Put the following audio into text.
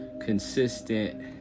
consistent